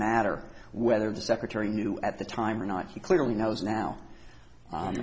matter whether the secretary knew at the time or not he clearly knows now